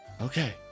Okay